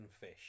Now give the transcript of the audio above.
fish